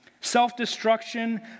Self-destruction